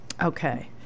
Okay